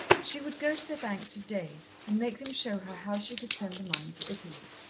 she would go to the bank today and make them show her how she could send the money to italy.